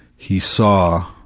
he saw,